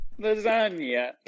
lasagna